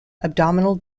abdominal